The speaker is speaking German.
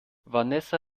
vanessa